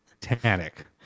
Titanic